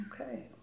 Okay